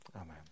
Amen